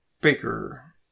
Baker